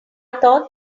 thought